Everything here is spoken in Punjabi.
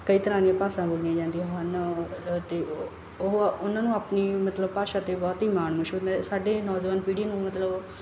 ਕਈ ਤਰ੍ਹਾਂ ਦੀਆਂ ਭਾਸ਼ਾ ਬੋਲੀਆਂ ਜਾਂਦੀਆਂ ਹਨ ਅਤੇ ਉਹ ਉਹਨਾਂ ਨੂੰ ਆਪਣੀ ਮਤਲਬ ਭਾਸ਼ਾ 'ਤੇ ਬਹੁਤ ਹੀ ਮਾਣ ਮਹਿਸੂਸ ਹੁੰਦਾ ਸਾਡੇ ਨੌਜਵਾਨ ਪੀੜ੍ਹੀ ਨੂੰ ਮਤਲਬ